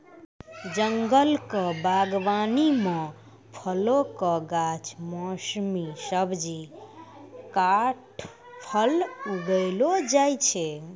जंगल क बागबानी म फलो कॅ गाछ, मौसमी सब्जी, काष्ठफल उगैलो जाय छै